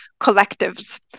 collectives